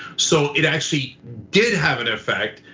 so it actually did have an effect.